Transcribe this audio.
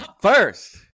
First